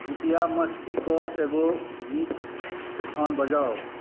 कृपया मस्ती के एगो गीत एखन बजाउ